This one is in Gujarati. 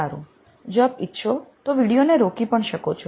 સારુ જો આપ ઈચ્છો તો વિડીયો ને રોકી પણ શકો છો